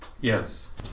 Yes